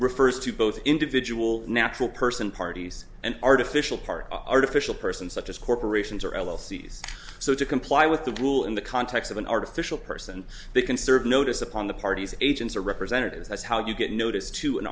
refers to both individual natural person parties and artificial part artificial person such as corporations or l l cs so to comply with the rule in the context of an artificial person they can serve notice upon the parties agents or representatives that's how you get noticed to